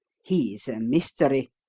he's a mystery.